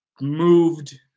moved